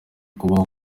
kubaho